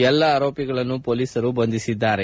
ಎಲ್ಲಾ ಆರೋಪಿಗಳನ್ನು ಮೊಲೀಸರು ಬಂಧಿಸಿದ್ದಾರೆ